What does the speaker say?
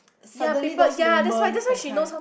suddenly those moments that kind